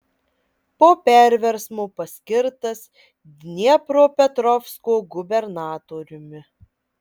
po perversmo paskirtas dniepropetrovsko gubernatoriumi